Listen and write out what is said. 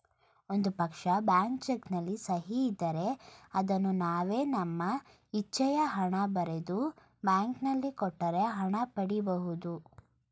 ಒಂದು ಪಕ್ಷ, blank cheque ನಲ್ಲಿ ಸಹಿ ಇದ್ದರೆ ಅದನ್ನು ನಾವೇ ನಮ್ಮ ಇಚ್ಛೆಯ ಹಣ ಬರೆದು, ಬ್ಯಾಂಕಿನಲ್ಲಿ ಕೊಟ್ಟು ಹಣ ಪಡಿ ಬಹುದು